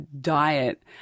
diet